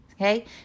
Okay